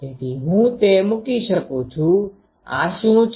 તેથી હું તે મૂકી શકું છુ અને આ શુ છે